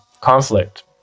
conflict